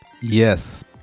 Yes